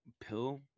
pill